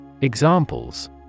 Examples